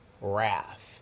wrath